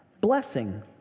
Blessing